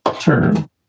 turn